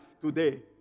today